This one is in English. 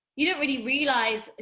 you don't really realise,